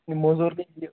یِم مٔزوٗر تہٕ یہِ